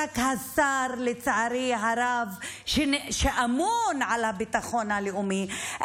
ולצערי הרב זה לא רק השר שאמון על הביטחון הלאומי,